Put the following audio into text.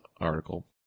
article